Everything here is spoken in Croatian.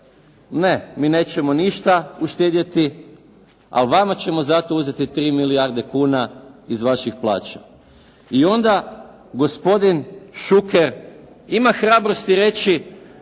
ne, mi nećemo ništa uštedjeti, a vama ćemo zato uzeti 3 milijarde kuna iz vaših plaća. I onda gospodin Šuker ima hrabrosti reći